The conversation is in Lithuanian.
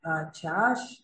na čia aš